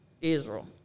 Israel